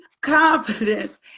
confidence